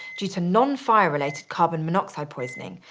due to non-fire related carbon monoxide poisoning,